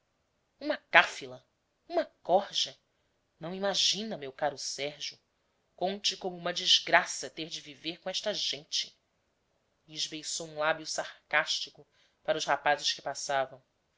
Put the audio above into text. maldições uma corja não imagina meu caro sérgio conte como uma desgraça ter de viver com esta gente e esbeiçou um lábio sarcástico para os rapazes que passavam